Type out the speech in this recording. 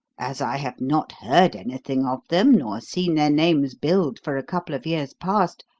as i have not heard anything of them nor seen their names billed for a couple of years past,